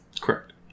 Correct